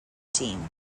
team